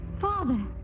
Father